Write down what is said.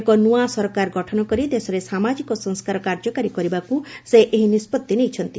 ଏକ ନୂଆ ସରକାର ଗଠନ କରି ଦେଶରେ ସାମାଜିକ ସଂସ୍କାର କାର୍ଯ୍ୟକାରୀ କରିବାକୁ ସେ ଏହି ନିଷ୍ପତ୍ତି ନେଇଛନ୍ତି